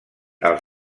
als